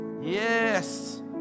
Yes